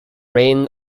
reign